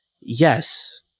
Yes